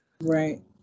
Right